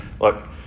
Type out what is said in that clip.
Look